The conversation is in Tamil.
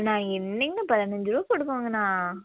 அண்ணா என்னங்க அண்ணா பதினஞ்சு ரூவா போட்டுக்கோங்க அண்ணா